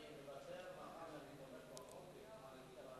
אני מוותר.